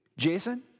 Jason